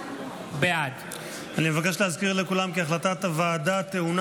בעד אני מבקש להזכיר לכולם כי החלטת הוועדה טעונה